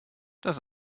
das